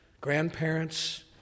grandparents